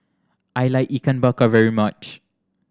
I like Ikan Bakar very much